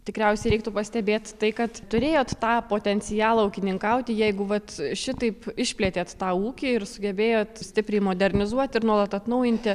tikriausiai reiktų pastebėt tai kad turėjot tą potencialą ūkininkauti jeigu vat šitaip išplėtėt tą ūkį ir sugebėjot stipriai modernizuot ir nuolat atnaujinti